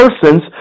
persons